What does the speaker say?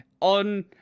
On